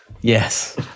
Yes